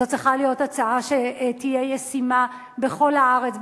זו צריכה להיות הצעה שתהיה ישימה בכל הארץ,